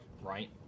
right